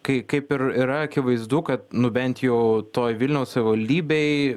kai kaip ir yra akivaizdu kad nu bent jau toj vilniaus savivaldybėj